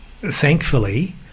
thankfully